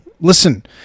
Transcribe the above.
listen